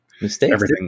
mistakes